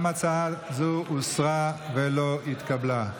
גם הצעה זו הוסרה ולא התקבלה.